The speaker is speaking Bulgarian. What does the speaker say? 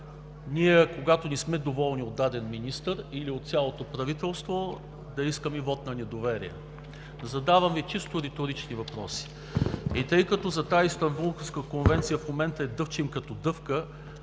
ние, когато не сме доволни от даден министър или от цялото правителство, да искаме вот на недоверие? Задавам Ви чисто риторични въпроси. Тъй като в момента тази Истанбулска конвенция я дъвчем като дъвка